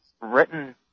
written